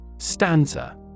Stanza